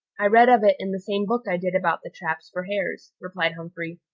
i read of it in the same book i did about the traps for hares, replied humphrey.